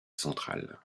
centrale